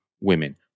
women